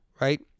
right